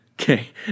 Okay